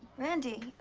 randy.